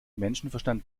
menschenverstand